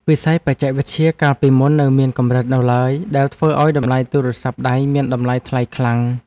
វិស័យបច្ចេកវិទ្យាកាលពីមុននៅមានកម្រិតនៅឡើយដែលធ្វើឱ្យតម្លៃទូរស័ព្ទដៃមានតម្លៃថ្លៃខ្លាំង។